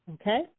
okay